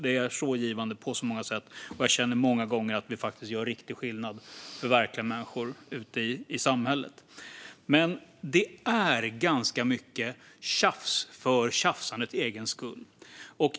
Det är så givande på så många sätt, och jag känner många gånger att vi faktiskt gör riktig skillnad för verkliga människor ute i samhället. Men det är ganska mycket tjafsande för tjafsandets egen skull.